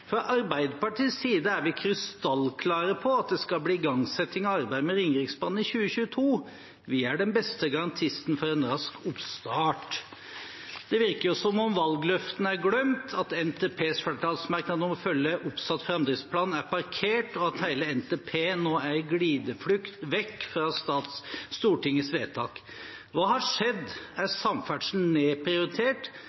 Arbeiderpartiets side er vi krystallklare på at det skal bli igangsetting av arbeidet med Ringeriksbanen i 2022. Vi er den beste garantisten for en rask oppstart.» Det virker som om valgløftene er glemt, at NTPs flertallsmerknad om å følge oppsatt framdriftsplan er parkert, og at hele NTP nå er i glideflukt vekk fra Stortingets vedtak. Hva har skjedd?